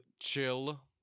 chill